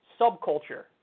subculture